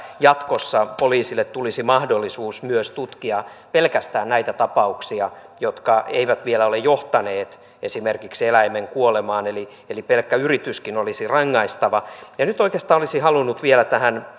jatkossa poliisille tulisi mahdollisuus myös tutkia pelkästään näitä tapauksia jotka eivät vielä ole johtaneet esimerkiksi eläimen kuolemaan eli eli pelkkä yrityskin olisi rangaistava nyt oikeastaan olisin halunnut vielä